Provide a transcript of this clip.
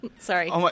Sorry